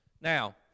Now